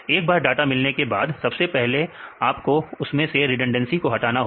एक बार डाटा मिलने के बाद सबसे पहले आपको उसमें से रिडंडेंसी को हटाना होगा